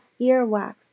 earwax